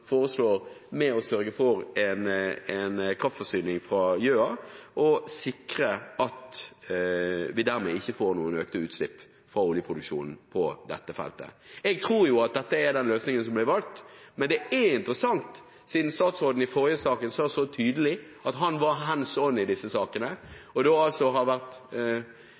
dette feltet? Jeg tror at dette er den løsningen som blir valgt. Men det er interessant, siden statsråden i forrige sak sa så tydelig at han var «hands on» i disse sakene – og da altså har vært